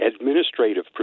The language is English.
administrative